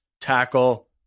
Tackle